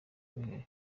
bihari